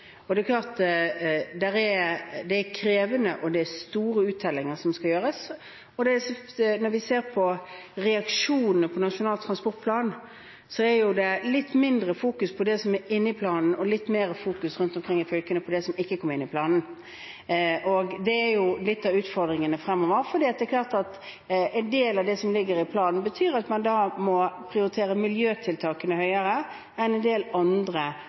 og det er klart at det er krevende, og det er store uttellinger som skal gjøres. Når vi ser reaksjonene på Nasjonal transportplan, så er det jo litt mindre fokus rundt omkring i fylkene på det som er inni planen, og litt mer fokus på det som ikke kom inn i planen. Og det er jo litt av utfordringene fremover, for det er klart at en del av det som ligger i planen, betyr at man må prioritere miljøtiltakene høyere enn en del andre